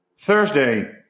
Thursday